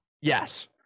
Yes